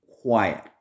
Quiet